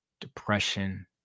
depression